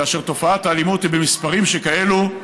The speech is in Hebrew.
כאשר תופעת האלימות היא במספרים שכאלה,